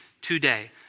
today